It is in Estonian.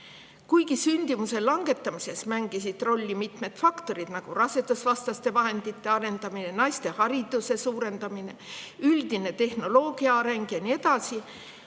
Kuigi sündimuse langetamises mängisid rolli mitmed faktorid, nagu rasedusvastaste vahendite arendamine, naiste hariduse suurendamine, üldine tehnoloogia areng ja nii edasi,